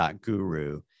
.guru